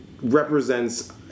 represents